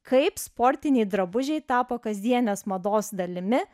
kaip sportiniai drabužiai tapo kasdienės mados dalimi